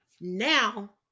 now